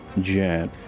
Jet